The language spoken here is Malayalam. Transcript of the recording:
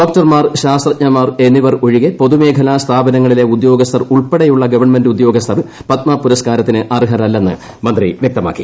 ഡോക്ടർമാർ ശാസ്ത്രജ്ഞർ എന്നിവർ ഒഴികെ പൊതുമേഖലാ സ്ഥാപനങ്ങളിലെ ഉദ്യോഗസ്ഥർ ഉൾപ്പെടെയുള്ള ഗവൺമെന്റ് ഉദ്യോഗസ്ഥർ പദ്മാ പുരസ്കാരത്തിന് അർഹരല്ലെന്ന് മന്ത്രി വ്യക്തമാക്കി